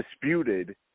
disputed